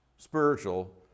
spiritual